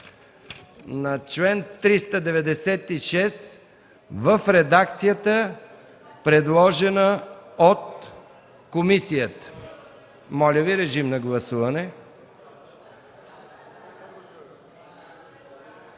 чл. 394 в редакция, предложена от комисията. Моля Ви, режим на гласуване.